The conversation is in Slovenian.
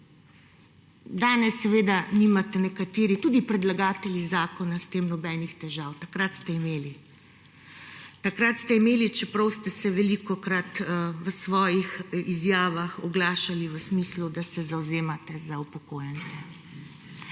Danes seveda nimate nekateri, tudi predlagatelji zakona, s tem nobenih težav, takrat ste imeli. Takrat ste imeli, čeprav ste se velikokrat v svojih izjavah oglašali v smislu, da se zavzemate za upokojence.